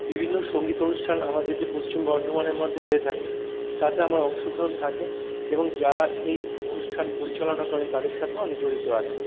বিভিন্ন সঙ্গীত অনুষ্ঠান আমাদের যে পশ্চিম বর্ধমানের মধ্যে হয়ে থাকে তাতে আমার অংশগ্রহণ থাকে এবং যারা এই অনুষ্ঠান পরিচালনা করেন তাদের সাথেও আমি জড়িত আছি